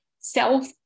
self